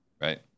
right